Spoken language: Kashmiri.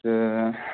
تہٕ